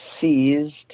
seized